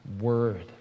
Word